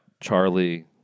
Charlie